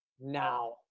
now